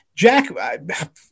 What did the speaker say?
Jack